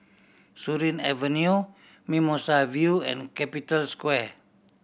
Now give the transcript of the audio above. Surin Avenue Mimosa View and Capital Square